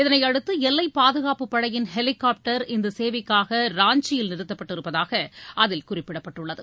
இதனையடுத்து எல்லைப் பாதுகாப்புப் படையின் ஹெலிகாப்டர் இந்த சேவைக்காக ராஞ்சியில் நிறுத்தப்பட்டிருப்பதாக அதில் குறிப்பிடப்பட்டுள்ளது